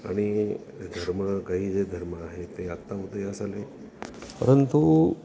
आणि धर्म काही जे धर्म आहे ते आत्ता उदयास आले परंतु